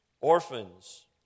orphans